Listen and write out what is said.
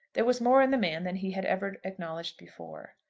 there was more in the man than he had ever acknowledged before.